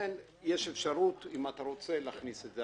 לכן יש אפשרות, אם אתה רוצה, להכניס את זה.